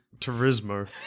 Turismo